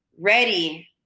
ready